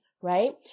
Right